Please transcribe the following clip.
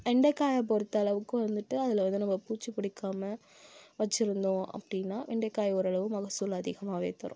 வெண்டைக்காயை பொறுத்த அளவுக்கு வந்துட்டு அதில் வந்து நம்ம பூச்சி பிடிக்காம வைச்சிருந்தோம் அப்படினா வெண்டைக்காய் ஓரளவு மகசூல் அதிகமாகவே தரும்